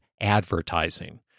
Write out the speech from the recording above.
advertising